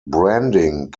branding